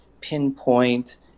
pinpoint